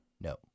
no